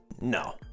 No